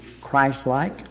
Christ-like